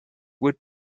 would